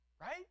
right